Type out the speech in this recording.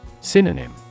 Synonym